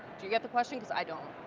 do you get the question? because i don't.